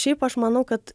šiaip aš manau kad